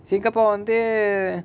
singapore வந்து:vanthu